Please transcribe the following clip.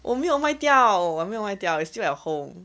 我没有卖掉我没有卖掉 it's still at home